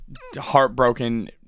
heartbroken